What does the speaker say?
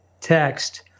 text